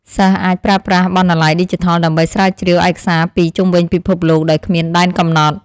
សិស្សអាចប្រើប្រាស់បណ្ណាល័យឌីជីថលដើម្បីស្រាវជ្រាវឯកសារពីជុំវិញពិភពលោកដោយគ្មានដែនកំណត់។